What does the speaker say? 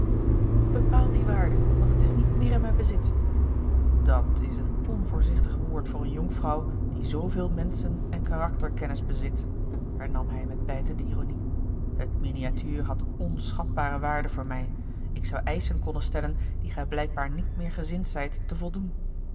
bepaal die waarde want het is niet meer in mijn bezit dat's een onvoorzichtig woord voor eene jonkvrouw die zooveel menschen en karakterkennis bezit hernam hij met bijtende ironie het miniatuur had onschatbare waarde voor mij ik zou eischen konnen stellen die gij blijkbaar niet meer gezind zijt te voldoen